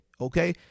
okay